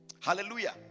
Hallelujah